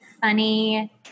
funny